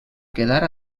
quedar